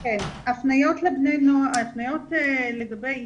הפניות לגבי איתור,